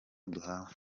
duhawe